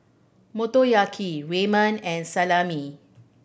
Motoyaki Ramen and Salami